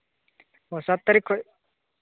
ᱳ ᱥᱟᱛ ᱛᱟᱹᱨᱤᱠᱷ ᱠᱷᱚᱡ